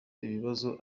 ikibazo